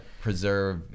preserve